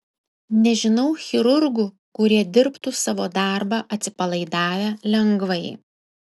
nežinau chirurgų kurie dirbtų savo darbą atsipalaidavę lengvai